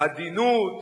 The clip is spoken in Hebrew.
עדינות,